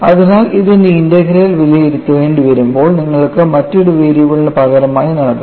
അതിനാൽ ഇതിന്റെ ഇന്റഗ്രൽ വിലയിരുത്തേണ്ടിവരുമ്പോൾ നിങ്ങൾക്ക് മറ്റൊരു വേരിയബിളിന് പകരമായി നൽകാം